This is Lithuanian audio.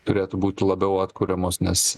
turėtų būti labiau atkuriamos nes